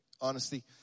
honesty